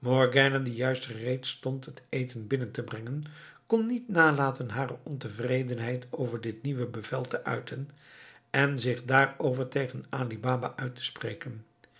die juist gereed stond het eten binnen te brengen kon niet nalaten hare ontevredenheid over dit nieuwe bevel te uiten en zich daarover tegen ali baba uit te spreken